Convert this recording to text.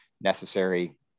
necessary